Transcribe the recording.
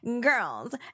girls